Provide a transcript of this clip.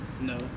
No